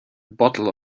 bottle